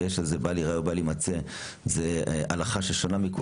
בל ייראה ובל יימצא וזו הלכה שונה.